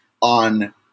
on